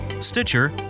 Stitcher